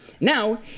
Now